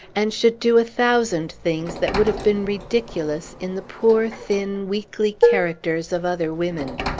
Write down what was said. and should do a thousand things that would have been ridiculous in the poor, thin, weakly characters of other women.